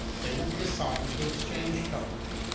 they will be assigned to exchange coverage.